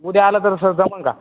उद्या आलं तर सर जमंल का